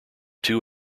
two